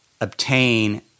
Obtain